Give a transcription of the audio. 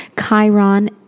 Chiron